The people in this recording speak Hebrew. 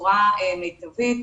בצורה מיטבית.